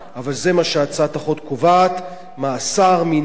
זה מה שהצעת החוק קובעת: מאסר מינהלי של